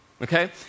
Okay